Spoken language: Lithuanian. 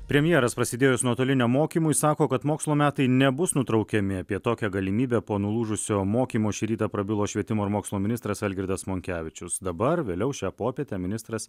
premjeras prasidėjus nuotoliniam mokymui sako kad mokslo metai nebus nutraukiami apie tokią galimybę po nulūžusio mokymo šį rytą prabilo švietimo ir mokslo ministras algirdas monkevičius dabar vėliau šią popietę ministras